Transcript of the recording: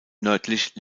nördlich